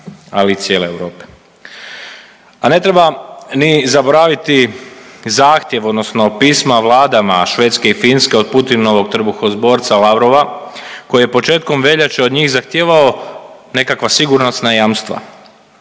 ali i cijele Europe. A ne treba ni zaboraviti zahtjev, odnosno pisma vladama Švedske i Finske od Putinovog trbuhozborca Lavrova koji je početkom veljače od njih zahtijevao nekakva sigurnosna jamstva.